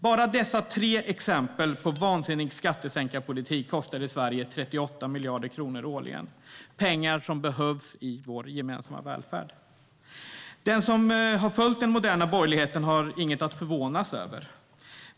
Bara dessa tre exempel på vansinnig skattesänkarpolitik kostade Sverige 38 miljarder kronor årligen. Det är pengar som behövs i vår gemensamma välfärd. Den som har följt den moderna borgerligheten har inget att förvånas över.